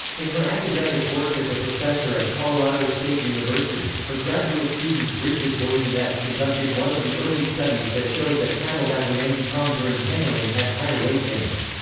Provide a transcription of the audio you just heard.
in her academic work as a professor at colorado state university, her graduate student bridgett voisinet conducted one of the early studies that showed that cattle that remained calm during handling had higher weight gains.